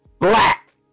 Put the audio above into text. black